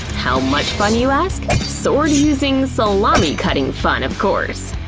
how much fun, you ask? sword-using, salami-cutting fun, of course!